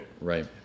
Right